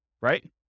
right